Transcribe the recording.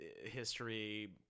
history